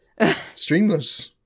Streamless